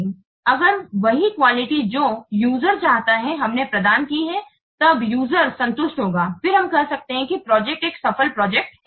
अगर वही क्वालिटी जो यूजर चाहता हमने प्रदान की है तब यूजर संतुष्ट होगा फिर हम कह सकते हैं कि यह प्रोजेक्ट एक सफल प्रोजेक्ट है